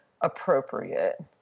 appropriate